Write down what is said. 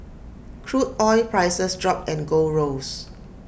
crude oil prices dropped and gold rose